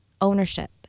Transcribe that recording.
ownership